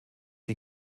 die